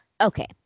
Okay